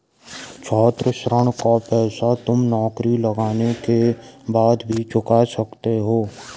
छात्र ऋण का पैसा तुम नौकरी लगने के बाद भी चुका सकते हो